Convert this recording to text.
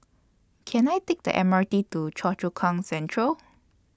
Can I Take The M R T to Choa Chu Kang Central